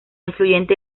influyente